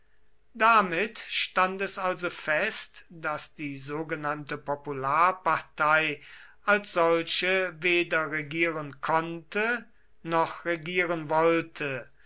damit stand es also fest daß die sogenannte popularpartei als solche weder regieren konnte noch regieren wollte